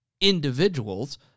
individuals